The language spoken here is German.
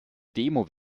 demo